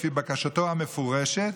לפי בקשתו המפורשת,